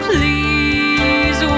Please